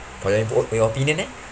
for your inpu~ your opinion eh